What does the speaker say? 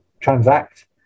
transact